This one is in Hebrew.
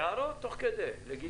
הערות תוך כדי, לגיטימי.